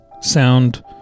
sound